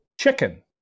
chicken